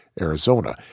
Arizona